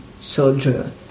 soldier